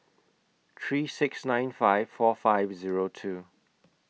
three six nine five four five Zero two